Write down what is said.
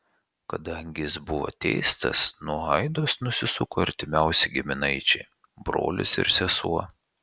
kadangi jis buvo teistas nuo aidos nusisuko artimiausi giminaičiai brolis ir sesuo